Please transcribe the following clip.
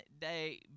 day